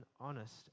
honest